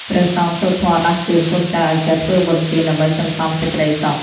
ព្រះសង្ឃសូត្រធម៌ដាស់តឿនកូនចៅឱ្យចេះធ្វើបុណ្យទាន ដើម្បីសន្សំសេចក្ដីសុខ។